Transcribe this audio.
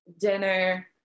dinner